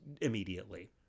immediately